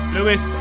Lewis